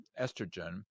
estrogen